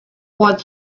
what